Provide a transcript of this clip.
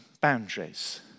boundaries